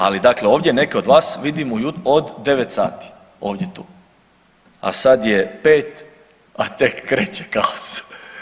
Ali dakle ovdje neke od vas vidim od 9 sati ovdje tu, a sad je 5 a tek kreće kaos.